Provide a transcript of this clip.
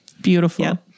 Beautiful